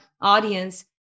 audience